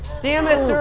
damn it,